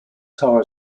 tower